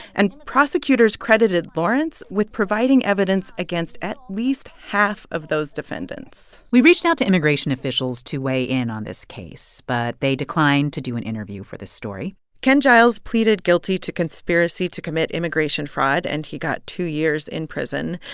and prosecutors credited lawrence with providing evidence against at least half of those defendants we reached out to immigration officials to weigh in on this case, but they declined to do an interview for this story ken giles pleaded guilty to conspiracy to commit immigration fraud, and he got two years in prison.